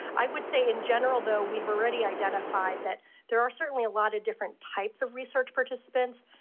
i would say in general though we have already identified that there are certainly a lot of different types of research participants.